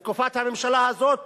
בתקופת הממשלה הזאת